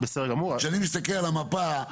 כשאני מסתכל על המפה,